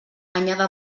anyada